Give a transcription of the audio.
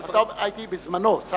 הייתי בזמני שר לשעבר.